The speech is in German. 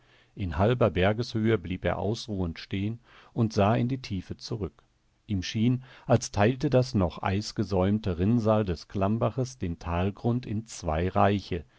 in halber bergeshöhe blieb er ausruhend stehen und sah in die tiefe zurück ihm schien als teilte das noch eisgesäumte rinnsal des klammbaches den talgrund in zwei reiche